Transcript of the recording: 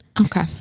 Okay